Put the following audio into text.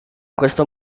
questo